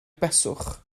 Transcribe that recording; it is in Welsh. beswch